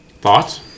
Thoughts